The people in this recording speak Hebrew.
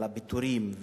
על הפיטורים,